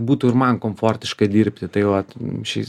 būtų ir man komfortiška dirbti tai vat šis